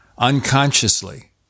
unconsciously